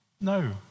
No